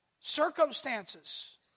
Circumstances